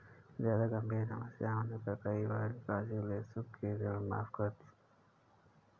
जादा गंभीर समस्या होने पर कई बार विकासशील देशों के ऋण माफ करे गए हैं